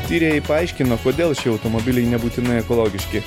tyrėjai paaiškino kodėl šie automobiliai nebūtinai ekologiški